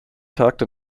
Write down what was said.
tagte